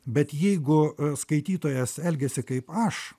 bet jeigu skaitytojas elgiasi kaip aš